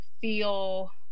feel